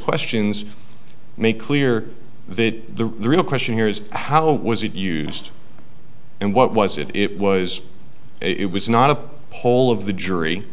questions make clear that the real question here is how was it used and what was it it was it was not a whole of the jury